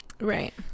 Right